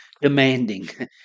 demanding